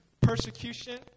persecution